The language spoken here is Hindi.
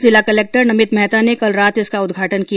जिला कलक्टर नमित मेहता ने कल रात इसका उद्घाटन किया